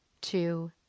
two